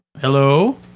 Hello